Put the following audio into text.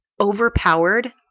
overpowered